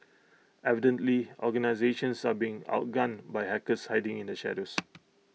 evidently organisations are being outgunned by hackers hiding in the shadows